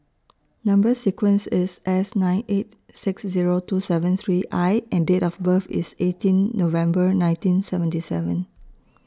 Number sequence IS S nine eight six Zero two seven three I and Date of birth IS eighteen November nineteen seventy seven